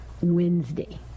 Wednesday